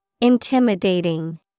Intimidating